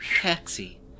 Taxi